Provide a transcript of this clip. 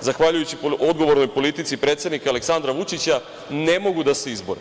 zahvaljujući odgovornoj politici predsednika Aleksandra Vučića ne mogu da se izbore.